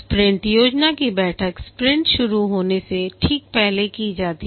sprint योजना की बैठक स्प्रिंट शुरू होने से ठीक पहले की जाती है